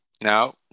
Now